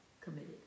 committed